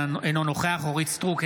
אינו נוכח אורית מלכה סטרוק,